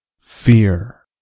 Fear